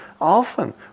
Often